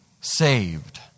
saved